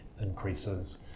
increases